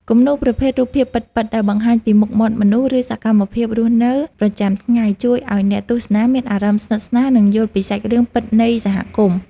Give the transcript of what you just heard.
គំនូរប្រភេទ រូបភាពពិតៗ ដែលបង្ហាញពីមុខមាត់មនុស្ស ឬសកម្មភាពរស់នៅប្រចាំថ្ងៃ ជួយឱ្យអ្នកទស្សនាមានអារម្មណ៍ស្និទ្ធស្នាល និងយល់ពីសាច់រឿងពិតនៃសហគមន៍។